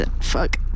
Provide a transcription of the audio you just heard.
fuck